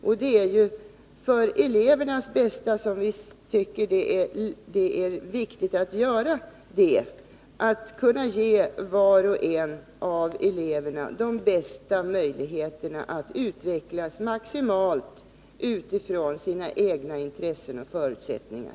Vi tycker det är viktigt att man gör det för elevernas bästa. Man kan då ge var och en av dem de bästa möjligheterna att utvecklas maximalt utifrån deras egna intressen och förutsättningar.